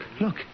look